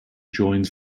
joins